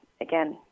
again